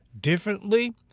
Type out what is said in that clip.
differently